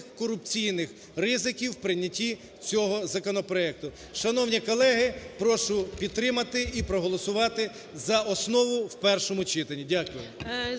корупційних ризиків в прийнятті цього законопроекту. Шановні колеги, прошу підтримати і проголосувати за основу в першому читанні. Дякую.